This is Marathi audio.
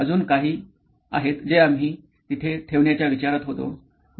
अजून काही अजून आहेत जे आम्ही तिथे ठेवण्याच्या विचारात होतो